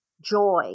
joy